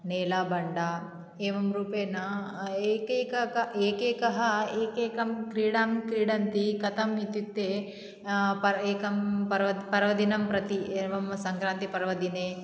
नेलाबण्डा एवं रूपेण एकैकक् एकैकः एकेकं क्रीडां क्रीडन्ति कथम् इत्युक्ते प एकं पर्व पर्वदिनं प्रति एवं सङ्क्रातिपर्वदिने